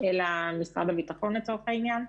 אלא משרד הביטחון, לצורך העניין?